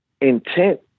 intent